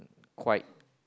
quite